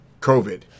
covid